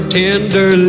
tender